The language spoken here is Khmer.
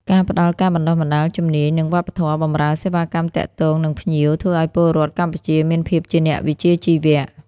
ការផ្ដល់ការបណ្តុះបណ្តាលជំនាញនិងវប្បធម៌បម្រើសេវាកម្មទាក់ទងនឹងភ្ញៀវ ធ្វើឲ្យពលរដ្ឋកម្ពុជាមានភាពជាអ្នកវិជ្ជាជីវៈ។